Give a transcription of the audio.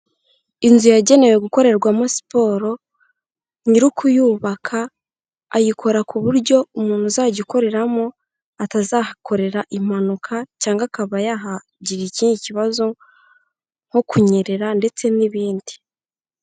Inzu yagenewe gukorerwamo siporo, nyiri ukuyubaka, ayikora ku buryo umuntu uzajya ukoreramo, atazahakorera impanuka, cyangwa akaba yahagirira ikindi kibazo, nko kunyerera, ndetse n'ibindi.